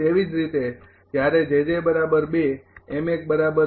તેવી જ રીતે જ્યારે બરાબર